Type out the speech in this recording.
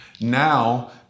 Now